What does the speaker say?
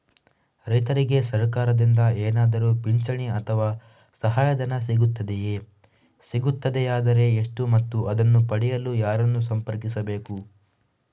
ರೈತರಿಗೆ ಸರಕಾರದಿಂದ ಏನಾದರೂ ಪಿಂಚಣಿ ಅಥವಾ ಸಹಾಯಧನ ಸಿಗುತ್ತದೆಯೇ, ಸಿಗುತ್ತದೆಯಾದರೆ ಎಷ್ಟು ಮತ್ತು ಅದನ್ನು ಪಡೆಯಲು ಯಾರನ್ನು ಸಂಪರ್ಕಿಸಬೇಕು?